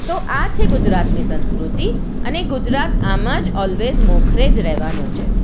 તો આ છે ગુજરાતની સંસ્કૃતિ અને ગુજરાત આમાં જ ઓલ્વેઝ મોખરે જ રહેવાનો છે